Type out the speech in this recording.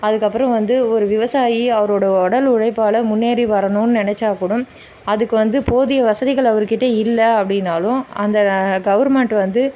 அதற்கப்பறம் வந்து ஒரு விவசாயி அவரோட உடல் உழைப்பால் முன்னேறி வரணுன்னு நினச்சாக்கூடம் அதுக்கு வந்து போதிய வசதிகள் அவர்க்கிட்ட இல்லை அப்படின்னாலும் அந்த கவர்மெண்ட் வந்து